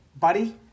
buddy